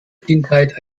kindheit